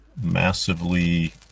massively